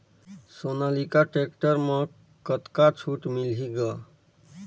Sonalika tractor म कतका छूट मिलही ग?